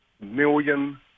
million